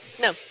no